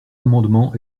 amendement